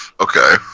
Okay